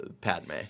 Padme